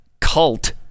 cult